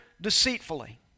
deceitfully